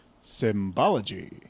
Symbology